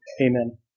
Amen